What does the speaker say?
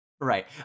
right